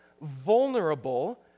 vulnerable